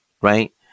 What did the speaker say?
right